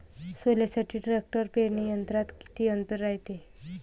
सोल्यासाठी ट्रॅक्टर पेरणी यंत्रात किती अंतर रायते?